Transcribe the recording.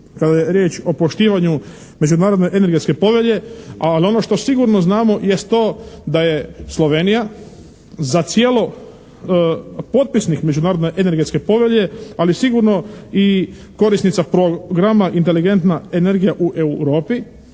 kada je riječ o poštivanju Međunarodne energetske povelje, ali ono što sigurno znamo jest to da je Slovenija zacijelo potpisnik Međunarodne energetske povelje ali sigurno i korisnica programa «Inteligentna energija u Europi».